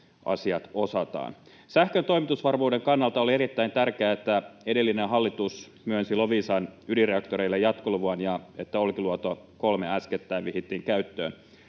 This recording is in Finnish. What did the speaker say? asiat osataan. Sähkön toimitusvarmuuden kannalta oli erittäin tärkeää, että edellinen hallitus myönsi Loviisan ydinreaktoreille jatkoluvan ja Olkiluoto 3 äskettäin vihittiin käyttöön.